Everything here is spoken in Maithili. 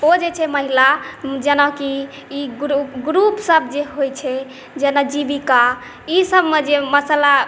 ओ जे छै महिला जेनाकि ई ग्रुपसभ जे होइत छै जेना जीविका ईसभमे जे मसाला